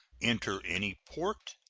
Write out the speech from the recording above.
enter any port,